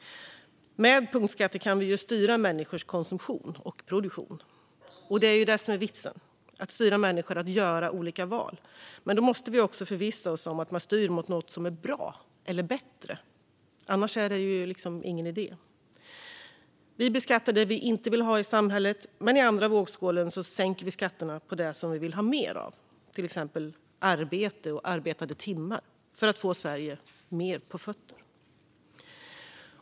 Med punktskatter kan vi styra människors konsumtion och produktion. Det är det som är vitsen: att styra människor att göra olika val. Men då måste vi också förvissa oss om att man styr mot något som är bra eller bättre. Annars är det liksom ingen idé. Vi beskattar det vi inte vill ha i samhället, men i den andra vågskålen sänker vi skatterna på det som vi vill ha mer av, till exempel arbete och arbetade timmar, för att få Sverige på fötter.